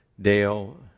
dale